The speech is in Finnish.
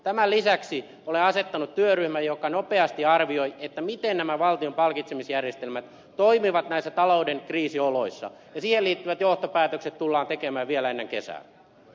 tämän lisäksi olen asettanut työryhmän joka nopeasti arvioi miten nämä valtion palkitsemisjärjestelmät toimivat näissä talouden kriisioloissa ja siihen liittyvät johtopäätökset tullaan tekemään vielä ennen kesää